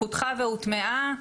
פותחה והוטמעה.